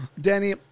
Danny